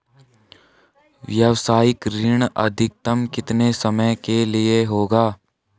व्यावसायिक ऋण अधिकतम कितने समय के लिए होगा?